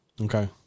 Okay